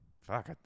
fuck